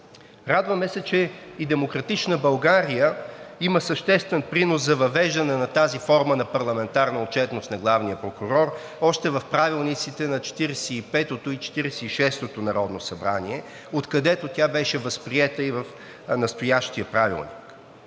Радваме се, че и „Демократична България“ има съществен принос за въвеждане на тази форма на парламентарна отчетност на главния прокурор още в правилниците на Четиридесет и петото и Четиридесет и шестото Народно събрание, откъдето тя беше възприета и в настоящия Правилник.